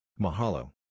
Mahalo